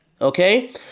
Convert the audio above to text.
Okay